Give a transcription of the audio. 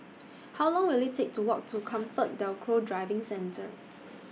How Long Will IT Take to Walk to Comfort DelGro Driving Centre